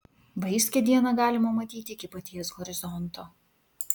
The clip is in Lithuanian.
vaiskią dieną galima matyti iki paties horizonto